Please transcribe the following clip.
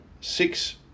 six